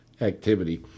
activity